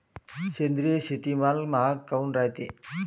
सेंद्रिय शेतीमाल महाग काऊन रायते?